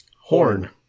Horn